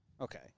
Okay